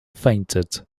fainted